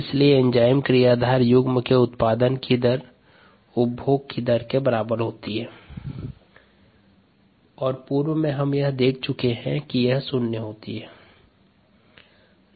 इसलिए enzyme क्रियाधार युग्म के उत्पादन की दर उपभोग की दर के बराबर होती है और पूर्व में हम यह देख चुके है कि यह शून्य होती है